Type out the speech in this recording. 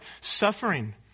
suffering